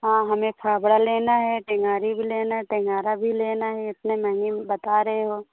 हाँ हमें फ़ावड़ा लेना है टेन्गारी भी लेनी है टेन्गारा भी लेना है महँगा बता रहे हो